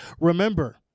Remember